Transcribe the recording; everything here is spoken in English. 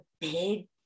big